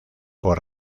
por